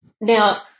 Now